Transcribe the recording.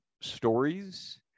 stories